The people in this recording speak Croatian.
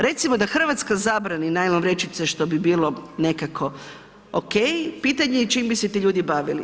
Recimo da Hrvatska zabrani najlon vrećice, što bi bilo nekako okej, pitanje je čime bi se ti ljudi bavili.